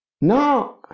Now